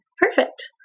Perfect